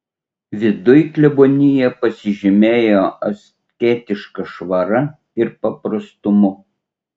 viduj klebonija pasižymėjo asketiška švara ir paprastumu